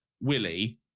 willie